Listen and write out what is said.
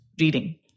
reading